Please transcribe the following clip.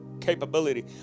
capability